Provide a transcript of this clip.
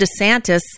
DeSantis